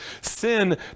Sin